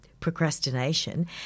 procrastination